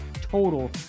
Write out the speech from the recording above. total